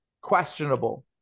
questionable